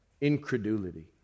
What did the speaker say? incredulity